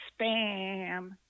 spam